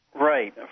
Right